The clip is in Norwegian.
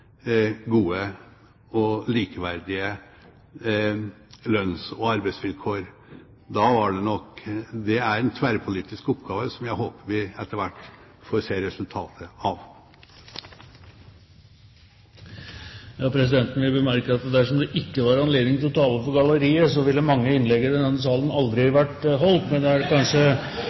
gode og likeverdige lønns- og arbeidsvilkår. Det er en tverrpolitisk oppgave som jeg håper vi etter hvert får se resultater av. Presidenten vil bemerke at dersom det ikke var anledning til å tale for galleriet, ville mange av innleggene i denne salen aldri vært holdt! Men det er kanskje